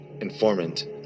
informant